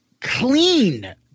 clean